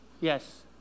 Yes